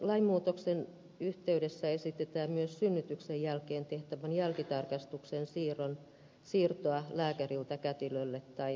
lainmuutoksen yhteydessä esitetään myös synnytyksen jälkeen tehtävän jälkitarkastuksen siirtoa lääkäriltä kätilölle tai terveydenhoitajalle